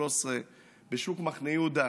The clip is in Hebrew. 13 בשוק מחנה יהודה,